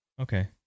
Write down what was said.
Okay